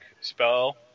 spell